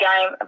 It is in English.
game